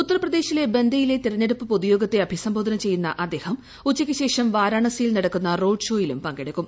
ഉത്തർപ്രദേശിലെ ബന്തയിലെ തിരഞ്ഞെടുപ്പ് പൊതുയോഗത്തെ അഭിസംബോധന ചെയ്യുന്ന അദ്ദേഹം ഉച്ചയ്ക്ക് ശേഷം വാരാണസിയിൽ നടക്കുന്ന റോഡ് ഷോയിലും പങ്കെടുക്കും